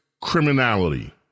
criminality